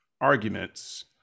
arguments